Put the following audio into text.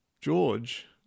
George